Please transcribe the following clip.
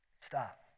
stop